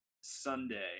Sunday